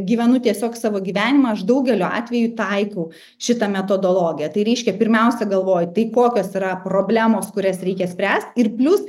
gyvenu tiesiog savo gyvenimą aš daugeliu atvejų taikau šitą metodologiją tai reiškia pirmiausia galvoju tai kokios yra problemos kurias reikia spręst ir plius